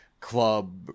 club